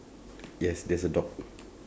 yes there's a dog